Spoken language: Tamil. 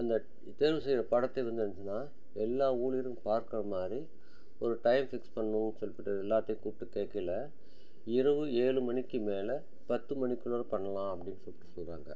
அந்தத் தேர்வு செய்கிற படத்தை வந்து எடுத்தினா எல்லா ஊழியரும் பார்க்கற மாதிரி ஒரு டைம் ஃபிக்ஸ் பண்ணும் சொல்லிப்புட்டு எல்லாத்தையும் கூப்பிட்டு கேட்கில்ல இரவு ஏழு மணிக்கு மேலே பத்து மணிக்குள்ளார பண்ணலாம் அப்படின்னு சொல்லிட்டு சொல்கிறாங்க